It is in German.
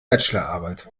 bachelorarbeit